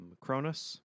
Cronus